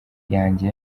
yanjye